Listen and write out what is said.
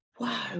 Wow